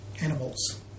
animals